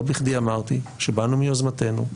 לא בכדי אמרתי שבאנו מיוזמתנו,